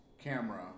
camera